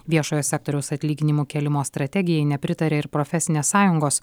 viešojo sektoriaus atlyginimų kėlimo strategijai nepritarė ir profesinės sąjungos